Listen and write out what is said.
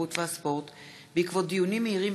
התרבות והספורט בעקבות דיונים מהירים